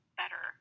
better